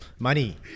Money